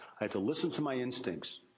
i had to listen to my instincts.